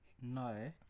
no